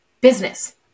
business